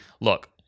look